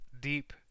deep